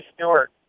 stewart